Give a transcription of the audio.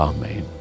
Amen